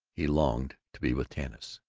he longed to be with tanis.